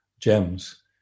gems